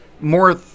more